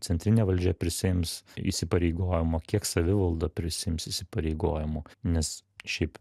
centrinė valdžia prisiims įsipareigojimų kiek savivalda prisiims įsipareigojimų nes šiaip